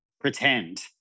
pretend